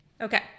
Okay